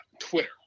Twitter